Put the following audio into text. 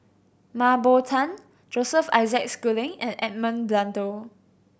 Mah Bow Tan Joseph Isaac Schooling and Edmund Blundell